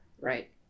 Right